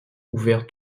ouvert